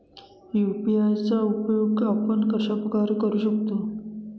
UPI चा उपयोग आपण कशाप्रकारे करु शकतो?